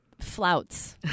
flouts